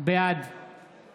בעד